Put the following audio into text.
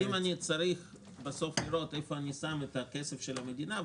אם אני צריך לראות איפה אני שם את הכסף של המדינה,